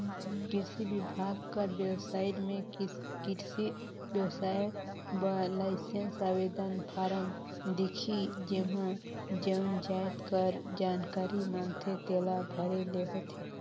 किरसी बिभाग कर बेबसाइट में किरसी बेवसाय बर लाइसेंस आवेदन फारम दिखही जेम्हां जउन जाएत कर जानकारी मांगथे तेला भरे ले होथे